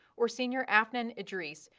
or senior afnan idris,